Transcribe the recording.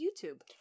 YouTube